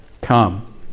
come